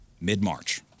mid-March